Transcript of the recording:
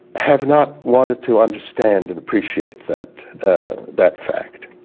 have not wanted to understand and appreciate that that fact.